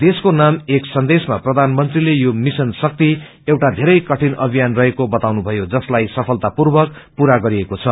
देशको नाम एक सन्देशमा प्रबानमंत्रीले यो मिश्न शक्ति एउटा बेरै कठिन अभ्नियान रहेको बताउनुथयो जसलाई सफलतापूर्वक पूरा गरिएको छ